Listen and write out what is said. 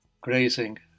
grazing